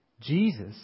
Jesus